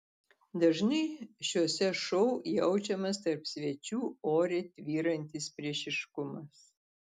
dažnai šiuose šou jaučiamas tarp svečių ore tvyrantis priešiškumas